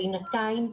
בינתיים,